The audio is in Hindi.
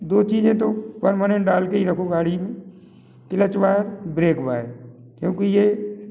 दो चीज़ें तो पर्मानेन्ट डाल के ही रखो गाड़ी में क्लच वायर ब्रेक वायर क्योंकि ये